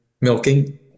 milking